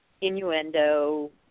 innuendo